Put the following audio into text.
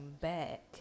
back